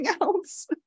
else